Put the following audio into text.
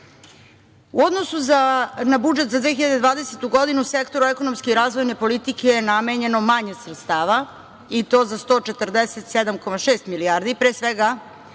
odnosu na budžet za 2020. godinu, sektor u ekonomske u razvojne politike je namenjeno manje sredstava i to za 147,6 milijardi,